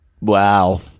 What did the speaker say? Wow